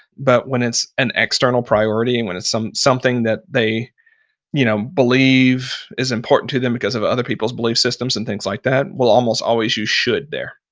but when it's an external priority and when it's something that they you know believe is important to them because of other people's belief systems and things like that, we'll almost always use should there.